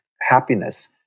happiness